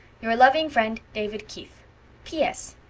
your loving friend david keith p s.